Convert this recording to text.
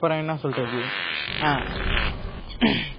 அப்புறம் என்ன சொல்கிறது